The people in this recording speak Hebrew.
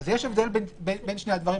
אז יש הבדל בין שני הדברים.